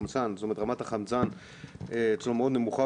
רמת החמצן אצלו היא מאוד נמוכה,